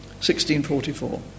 1644